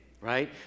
right